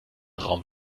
raum